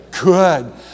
Good